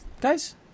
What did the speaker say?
guys